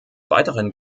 weiteren